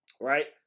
right